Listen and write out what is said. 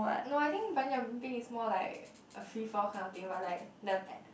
no I think bungee jumping is more a free fall kind of thing but like the